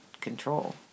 control